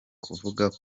kuvuga